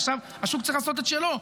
עכשיו השוק צריך לעשות את שלו,